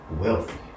wealthy